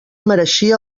mereixia